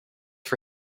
for